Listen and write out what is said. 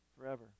forever